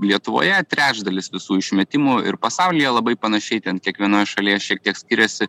lietuvoje trečdalis visų išmetimų ir pasaulyje labai panašiai ten kiekvienoj šalyje šiek tiek skiriasi